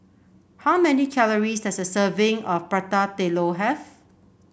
how many calories does a serving of Prata Telur have